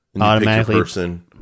automatically